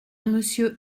monsieur